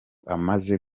amaze